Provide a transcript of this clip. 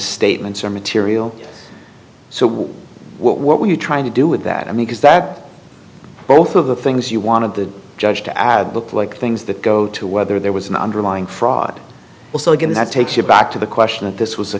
statements or material so what we're trying to do with that i mean is that both of the things you want of the judge to add look like things that go to whether there was an underlying fraud also again that takes you back to the question that this was a